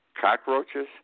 cockroaches